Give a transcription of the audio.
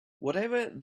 whatever